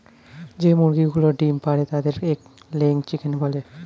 যে মুরগিগুলো ডিম পাড়ে তাদের এগ লেয়িং চিকেন বলে